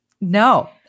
No